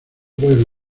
pueden